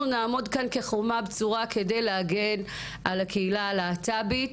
אנחנו נעמוד כאן כחומה בצורה כדי להגן על הקהילה הלהט"בית,